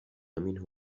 منه